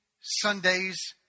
Sundays